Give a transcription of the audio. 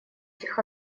этих